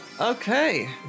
Okay